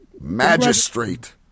Magistrate